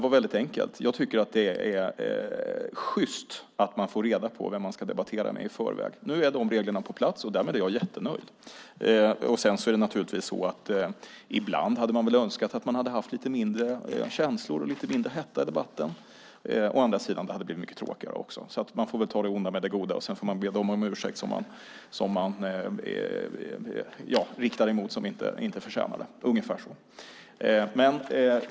Det är enkelt: Jag tycker att det är sjyst att man får reda på vem man ska debattera med i förväg. Nu är de reglerna på plats, och därmed är jag jättenöjd. Ibland hade man kanske önskat att man hade haft lite mindre känslor och lite mindre hetta i debatten. Å andra sidan hade det blivit mycket tråkigare då. Man får väl ta det onda med det goda, och sedan får man be dem om ursäkt som man riktade ilskan mot och som inte förtjänade det - ungefär så.